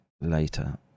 later